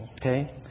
Okay